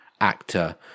actor